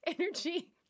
energy